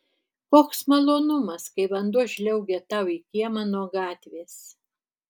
koks malonumas kai vanduo žliaugia tau į kiemą nuo gatvės